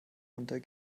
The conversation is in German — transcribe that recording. runter